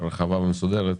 רחבה ומסודרת.